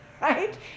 right